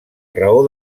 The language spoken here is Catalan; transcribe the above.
raó